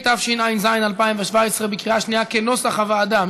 התשע"ז 2017, בקריאה שנייה כנוסח הוועדה.